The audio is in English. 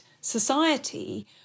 society